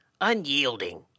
unyielding